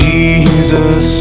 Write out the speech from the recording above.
Jesus